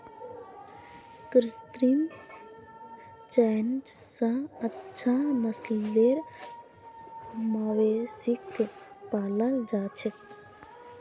कृत्रिम चयन स अच्छा नस्लेर मवेशिक पालाल जा छेक